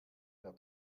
der